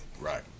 Right